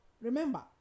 remember